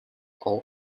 all